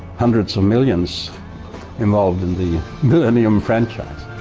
hundreds of millions involved in the millennium franchise.